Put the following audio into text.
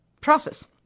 process